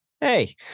Hey